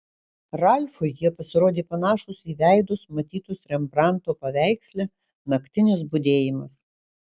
ralfui jie pasirodė panašūs į veidus matytus rembranto paveiksle naktinis budėjimas